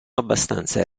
abbastanza